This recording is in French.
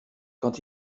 quand